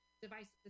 devices